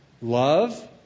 love